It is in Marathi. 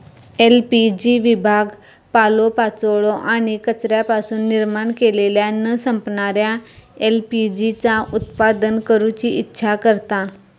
एल.पी.जी विभाग पालोपाचोळो आणि कचऱ्यापासून निर्माण केलेल्या न संपणाऱ्या एल.पी.जी चा उत्पादन करूची इच्छा करता